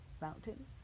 mountain